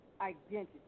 identity